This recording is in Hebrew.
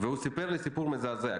והוא סיפר לי סיפור מזעזע.